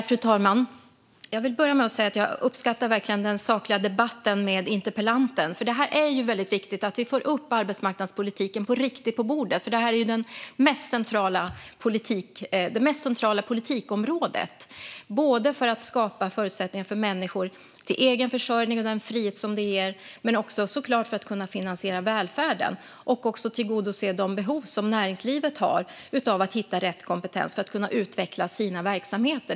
Fru talman! Jag uppskattar verkligen den sakliga debatten med interpellanten. Det är väldigt viktigt att vi får upp arbetsmarknadspolitiken på bordet på riktigt, för det här är det mest centrala politikområdet. Det handlar om att ge människor förutsättningar för egen försörjning och den frihet som det ger, men också såklart om att kunna finansiera välfärden och tillgodose de behov som näringslivet har av att hitta rätt kompetens för att kunna utveckla sina verksamheter.